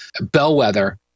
bellwether